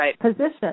position